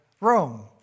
Rome